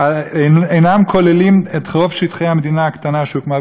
כוללת את רוב שטחי המדינה הקטנה שהוקמה ב-1948.